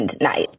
night